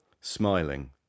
Smiling